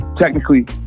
technically